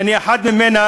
שאני אחד ממנה,